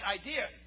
idea